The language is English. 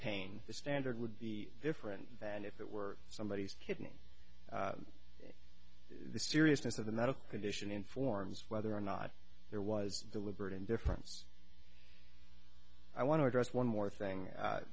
pain the standard would be different than if it were somebody's kidney the seriousness of the medical condition informs whether or not there was deliberate indifference i want to address one more thing